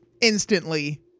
instantly